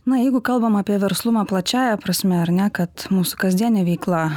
na jeigu kalbam apie verslumą plačiąja prasme ar ne kad mūsų kasdienė veikla